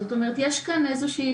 זאת אומרת, יש כאן איזושהי